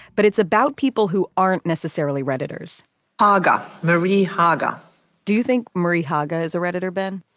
but it's about people who aren't necessarily redditors haga. marie haga do you think marie haga is a redditor, ben?